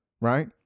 right